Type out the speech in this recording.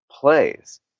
plays